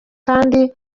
kandi